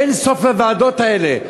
אין סוף לוועדות האלה.